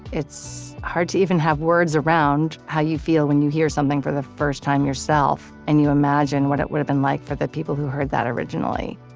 it's hard to even have words around how you feel when you hear something for the first time yourself, and you imagine what it would have been like for the people who heard that originally.